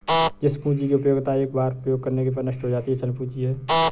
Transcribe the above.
जिस पूंजी की उपयोगिता एक बार उपयोग करने पर नष्ट हो जाती है चल पूंजी है